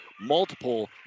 multiple